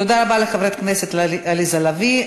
תודה רבה לחברת הכנסת עליזה לביא.